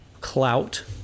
clout